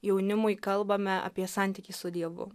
jaunimui kalbame apie santykį su dievu